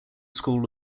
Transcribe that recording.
school